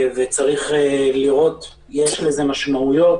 יש לזה משמעויות